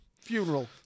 Funeral